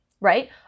right